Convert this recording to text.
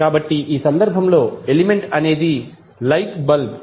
కాబట్టి ఈ సందర్భంలో ఎలిమెంట్ అనేది లైట్ బల్బ్